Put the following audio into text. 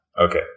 Okay